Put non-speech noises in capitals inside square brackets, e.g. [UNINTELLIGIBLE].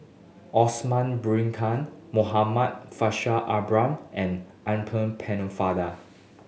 Osman [UNINTELLIGIBLE] Muhammad Faishal Ibrahim and [UNINTELLIGIBLE] Pennefather